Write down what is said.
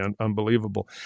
unbelievable